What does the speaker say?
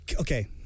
Okay